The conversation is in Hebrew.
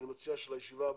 מי רוצה להיות חבר?